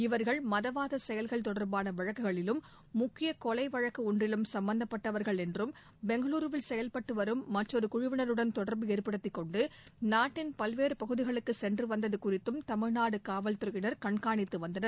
இவர்கள் மதவாத செயல்கள் தொடர்பான வழக்குகளிலும் முக்கிய கொலை வழக்கு ஒன்றிலும் சும்பந்தப்பட்டவர்கள் என்றும் பெங்களூருவில் செயல்பட்டு வரும் மற்றொரு குழுவினருடன் தொடர்பு ஏற்படுத்திக் கொண்டு நாட்டின் பல்வேறு பகுதிகளுக்கு சென்று வந்தது குறித்தும் தமிழ்நாடு காவல்துறையினர் கண்காணித்து வந்தனர்